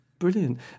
Brilliant